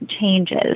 changes